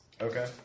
Okay